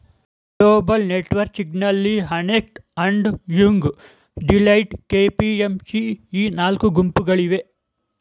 global ನೆಟ್ವರ್ಕಿಂಗ್ನಲ್ಲಿ Ernst and Young, Deloitte, KPMG ಈ ನಾಲ್ಕು ಗುಂಪುಗಳಿವೆ